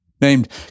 named